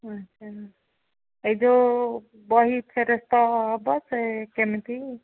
ଆଛା ଏ ଯେଉଁ ବହି ଫେରସ୍ତ ହେବ ସେ କେମିତି